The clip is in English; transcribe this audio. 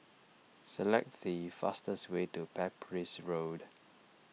select the fastest way to Pepys Road